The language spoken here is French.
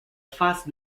face